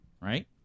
right